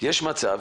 יש מצב